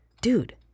Dude